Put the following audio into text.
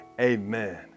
amen